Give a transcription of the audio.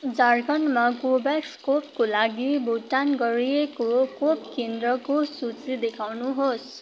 झारखण्डमा कोभाभ्याक्स खोपको लागि भुक्तान गरिएको खोप केन्द्रको सूची देखाउनुहोस्